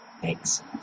Thanks